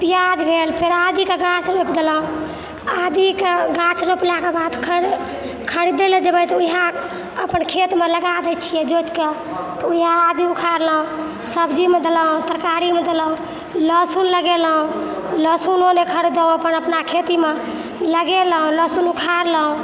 प्याज भेल फेर आदिके गाछ रोपि देलहुॅं आदिके गाछ रोपलाके बाद खरिदेले जेबै तऽ वएह अपन खेतमे लगा दैछियै जोतिके तऽ वएह आदि उखाड़लहुॅं सब्जीमे देलहुॅं तरकारीमे देलहुॅं लहसुन लगेलहुॅं लहसुनो नहि खरीदै पड़ल अपना लगेलहुॅं लहसुन उखाड़लह